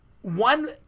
One